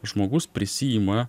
žmogus prisiima